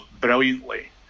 brilliantly